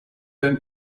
been